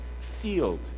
field